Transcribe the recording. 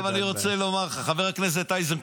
עכשיו, אני רוצה לומר לך, חבר הכנסת איזנקוט,